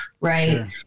right